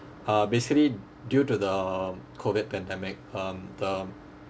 uh basically due to the COVID pandemic um the